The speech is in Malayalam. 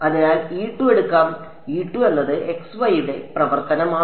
അതിനാൽ എടുക്കാം എന്നത് x y യുടെ പ്രവർത്തനമാണ്